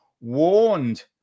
warned